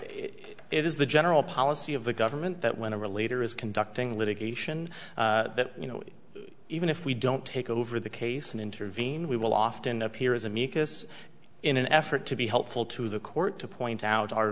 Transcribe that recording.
it is the general policy of the government that when a real leader is conducting litigation that you know even if we don't take over the case and intervene we will often appear as amicus in an effort to be helpful to the court to point out our